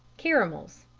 caramels,